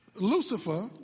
Lucifer